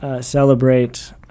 celebrate